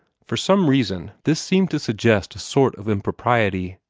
for some reason, this seemed to suggest a sort of impropriety.